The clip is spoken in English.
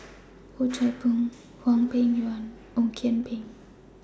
Oh Chai Hoo Hwang Peng Yuan and Ong Kian Peng